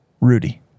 Rudy